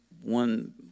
one